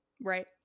Right